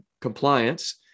compliance